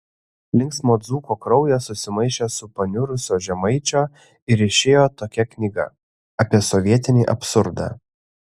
linksmo dzūko kraujas susimaišė su paniurusio žemaičio ir išėjo tokia knyga apie sovietinį absurdą